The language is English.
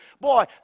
Boy